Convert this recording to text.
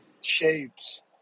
shapes